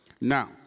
Now